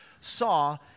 saw